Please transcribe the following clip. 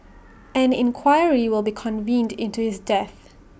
an inquiry will be convened into his death